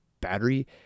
battery